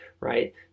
right